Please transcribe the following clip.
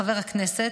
חבר הכנסת,